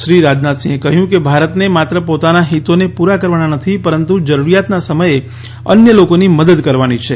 શ્રી રાજનાથસિંહે કહ્યું કે ભારતને માત્ર પોતાના હિતોને પૂરા કરવાના નથી પરંતુ જરૂરિયતના સમયે અન્ય લોકોની મદદ કરવાની છે